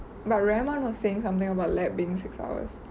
but reimen was saying something about lab being six hours